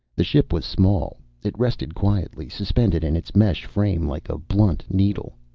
the ship was small. it rested quietly, suspended in its mesh frame, like a blunt needle.